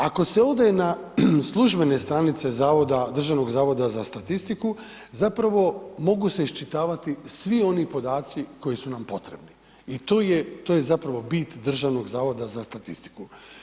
Ako se ode na službene stranice Zavoda, Državnog zavoda za statistiku zapravo mogu se iščitavati svi oni podaci koji su nam potrebni, i to je, to je zapravo bit Državnog zavoda za statistiku.